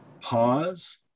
pause